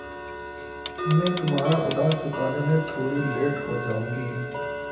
मैं तुम्हारा उधार चुकाने में थोड़ी लेट हो जाऊँगी